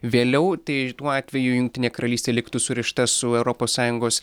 vėliau tai tuo atveju jungtinė karalystė liktų surišta su europos sąjungos